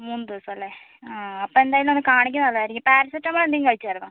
മൂന്ന് ദിവസം അല്ലേ ആ അപ്പോൾ എന്തായാലും ഒന്ന് കാണിക്കുന്ന നല്ലതായിരിക്കും പാരസെറ്റമോൾ എന്തെങ്കിലും കഴിച്ചായിരുന്നോ